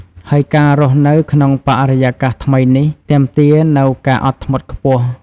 ហើយការរស់នៅក្នុងបរិយាកាសថ្មីនេះទាមទារនូវការអត់ធ្មត់ខ្ពស់។